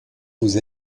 vous